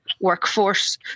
workforce